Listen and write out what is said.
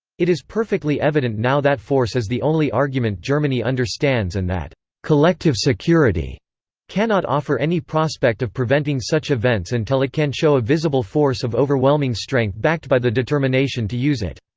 it is perfectly evident now that force is the only argument germany understands and that collective security cannot offer any prospect of preventing such events until it can show a visible force of overwhelming strength backed by the determination to use it.